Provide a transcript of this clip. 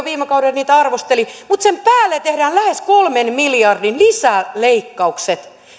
viime kaudella niitä arvosteli mutta sen päälle tehdään lähes kolmen miljardin lisäleikkaukset